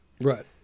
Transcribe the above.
Right